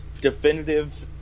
definitive